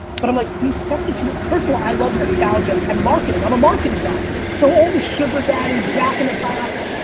but i'm like these stuffy too. first of all, i love nostalgia and marketing. i'm a marketing guy. so all the sugar daddy, jak in the box,